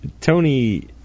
Tony